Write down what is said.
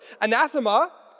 anathema